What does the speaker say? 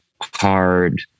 hard